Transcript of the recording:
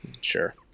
Sure